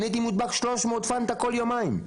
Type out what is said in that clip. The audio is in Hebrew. אני הייתי מודבק 300 פנטה כל יומיים.